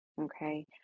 okay